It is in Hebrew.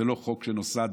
זה לא חוק שנוסד